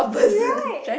right